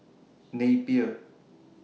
Napier